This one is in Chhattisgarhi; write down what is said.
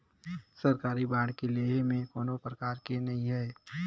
सरकारी बांड के लेहे में कोनो परकार के नइ हे